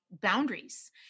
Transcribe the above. boundaries